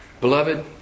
Beloved